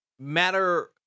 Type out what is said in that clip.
matter